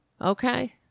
Okay